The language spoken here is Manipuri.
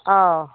ꯑꯥꯎ